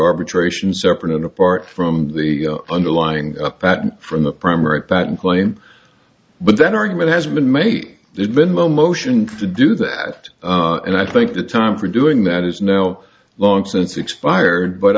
arbitration separate and apart from the underlying patent from the primary that claim but that argument has been made there's been mo motion to do that and i think the time for doing that is now long since expired but